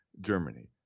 germany